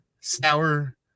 sour